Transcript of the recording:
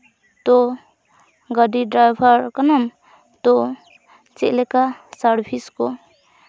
ᱫᱚ ᱜᱟᱹᱰᱤ ᱰᱨᱟᱭᱵᱷᱟᱨ ᱠᱟᱱᱟᱢ ᱛᱳ ᱪᱮᱫ ᱞᱮᱠᱟ ᱥᱟᱨᱵᱷᱤᱥ ᱠᱚ